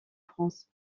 france